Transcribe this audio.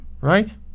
Right